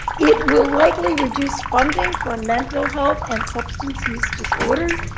it will likely reduce funding for mental health and substance use disorders.